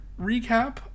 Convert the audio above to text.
recap